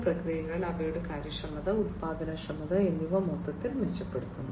വ്യാവസായിക പ്രക്രിയകൾ അവയുടെ കാര്യക്ഷമത ഉൽപ്പാദനക്ഷമത എന്നിവ മൊത്തത്തിൽ മെച്ചപ്പെടുത്തുന്നു